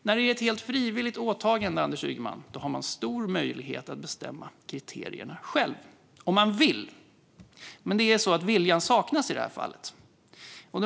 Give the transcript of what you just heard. När det är ett helt frivilligt åtagande, Anders Ygeman, har man stor möjlighet att bestämma kriterierna själv, om man vill. Men det är så att viljan saknas i det här fallet, och då undrar jag varför.